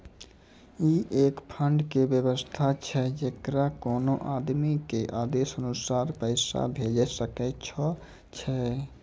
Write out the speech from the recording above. ई एक फंड के वयवस्था छै जैकरा कोनो आदमी के आदेशानुसार पैसा भेजै सकै छौ छै?